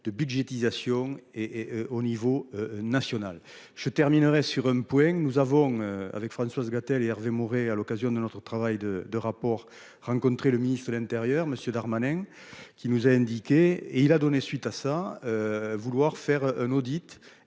de budgétisation et et au niveau national je terminerai sur un point, nous avons avec Françoise Gatel et Hervé Maurey, à l'occasion de notre travail de 2 rapports rencontrer le ministre de l'Intérieur monsieur Darmanin, qui nous a indiqué et il a donné suite à ça. Vouloir faire un audit